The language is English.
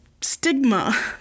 stigma